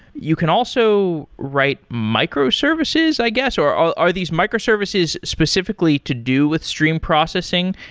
you can also write microservices, i guess? or are are these microservices specifically to do with stream processing?